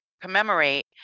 commemorate